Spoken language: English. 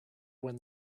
when